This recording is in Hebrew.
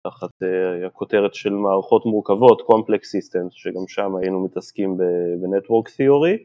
תחת הכותרת של מערכות מורכבות, Complex Systems, שגם שם היינו מתעסקים בנטוורקס תיאורי.